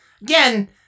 again